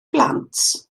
blant